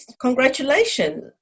congratulations